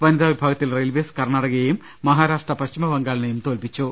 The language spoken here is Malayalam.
വനിതാ വിഭാഗ ത്തിൽ റെയിൽവേസ് കർണാടകയെയും മഹാരാഷ്ട്ര പശ്ചി മബംഗാളിനെയും തോൽപിച്ചു